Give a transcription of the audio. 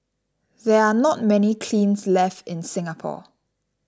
there are not many kilns left in Singapore